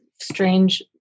strange